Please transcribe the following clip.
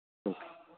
okay